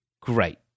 great